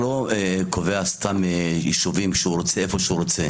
סתם יישובים איפה שהוא רוצה.